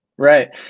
Right